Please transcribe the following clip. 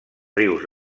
rius